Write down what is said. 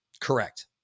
correct